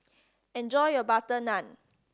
enjoy your butter naan